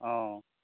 অ'